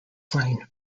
plain